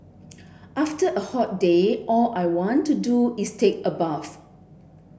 after a hot day all I want to do is take a bath